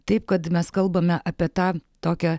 taip kad mes kalbame apie tą tokią